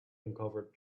uncovered